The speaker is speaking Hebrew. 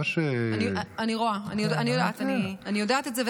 אני רואה, אני יודעת, אני יודעת את זה.